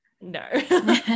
no